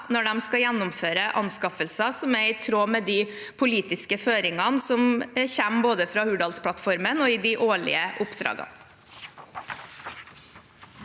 når de skal gjennomføre anskaffelser som er i tråd med de politiske føringene som kommer både fra Hurdalsplattformen og i de årlige oppdragene.